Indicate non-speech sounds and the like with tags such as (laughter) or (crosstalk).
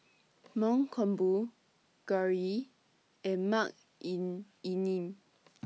(noise) Mankombu Gauri and Makineni